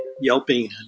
yelping